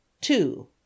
Two